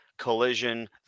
Collision